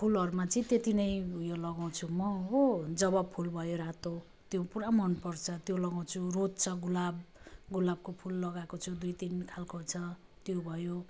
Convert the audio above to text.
फुलहरूमा चाहिँ त्यति नै यो लगाउँछु म हो जाभा फुल भयो रातो त्यो पुरा मन पर्छ त्यो लगाउँछु रोज छ गुलाब गुलाबको फुल लगाएको छु दुई तीन खाले छ त्यो भयो